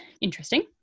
interesting